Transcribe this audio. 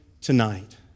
tonight